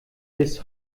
bis